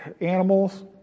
animals